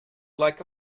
like